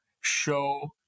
show